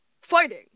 fighting